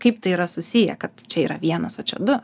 kaip tai yra susiję kad čia yra vienas o čia du